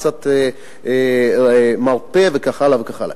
קצת מרפא וכך הלאה וכך הלאה.